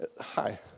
hi